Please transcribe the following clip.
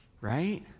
right